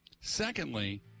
Secondly